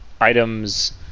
items